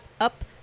up